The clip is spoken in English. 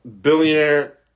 billionaire